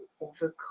overcome